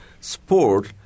sport